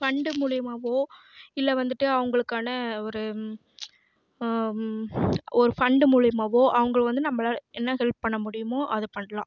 fund மூலயமாவோ இல்லை வந்துட்டு அவர்களுக்கான ஒரு ஒரு ஃபண்டு மூலயமாவோ அவங்களை வந்து நம்மளால் என்ன ஹெல்ப் பண்ண முடியுமோ அதை பண்ணலாம்